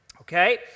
okay